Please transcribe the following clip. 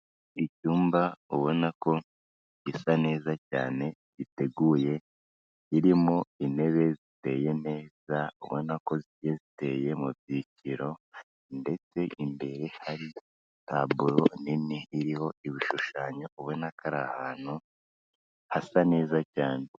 Icyumba ubona ko gisa neza cyane, giteguye, kirimo intebe ziteye neza ubona ko zigiye ziteye mu byiciro ndetse imbere hari taburo nini, iriho ibishushanyo, ubona ko ari ahantu hasa neza cyane.